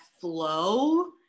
flow